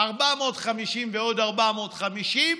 450 ועוד 450,